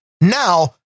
Now